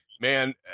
man